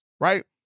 right